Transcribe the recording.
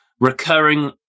recurring